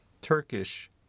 Turkish